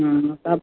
हाँ तब